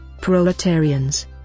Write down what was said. Proletarians